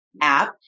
app